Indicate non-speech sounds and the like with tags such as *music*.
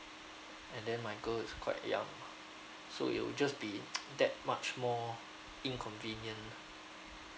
and then my girl is quite young so it will just be *noise* that much more inconvenient